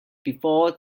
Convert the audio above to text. before